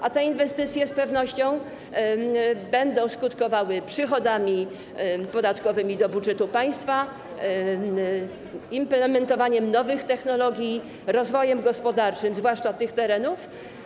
A te inwestycje z pewnością będą skutkowały przychodami podatkowymi do budżetu państwa, implementowaniem nowych technologii i rozwojem gospodarczym, zwłaszcza tych terenów.